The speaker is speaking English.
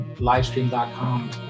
livestream.com